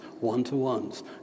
one-to-ones